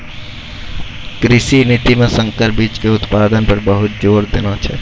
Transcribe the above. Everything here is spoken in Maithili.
कृषि नीति मॅ संकर बीच के उत्पादन पर बहुत जोर देने छै